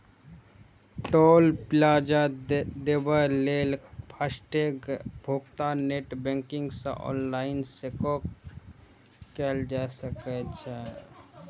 टोल plaza देबय लेल FASTag भुगतान नेट बैंकिंग सं ऑनलाइन सेहो कैल जा सकै छै